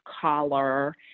collar